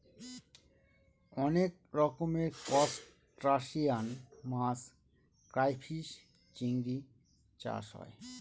অনেক রকমের ত্রুসটাসিয়ান মাছ ক্রাইফিষ, চিংড়ি চাষ হয়